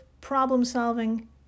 problem-solving